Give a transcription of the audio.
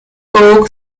oak